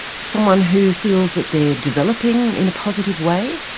someone who feels that they are developing in a positive way,